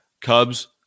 Cubs